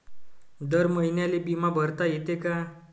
दर महिन्याले बिमा भरता येते का?